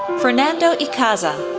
fernando icaza,